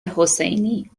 حسینی